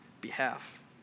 behalf